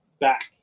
back